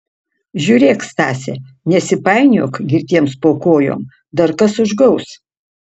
žiūrėk stase nesipainiok girtiems po kojom dar kas užgaus